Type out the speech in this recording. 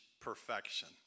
perfection